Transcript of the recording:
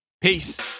Peace